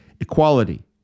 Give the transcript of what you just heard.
equality